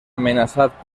amenaçat